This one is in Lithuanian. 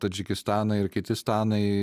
tadžikistanai ir kiti stanai